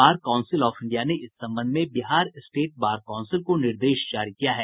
bar council of India ने इस संबंध में बिहार स्टेट बार काउंसिल को निर्देश जारी किया है